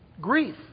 grief